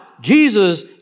Jesus